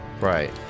Right